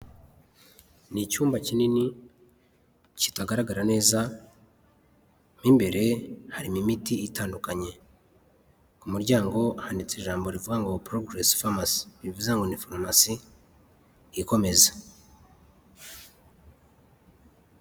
Ni icyumba kinini kitagaragara neza mo imbere harimo imiti itandukanye ku muryango handitse ijambo rivuga ngo porogeresi farumasi bivuze ngo ni farumasi ikomeza.